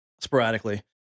sporadically